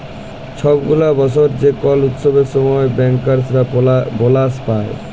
ছব গুলা বসর যে কল উৎসবের সময় ব্যাংকার্সরা বলাস পায়